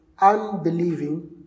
unbelieving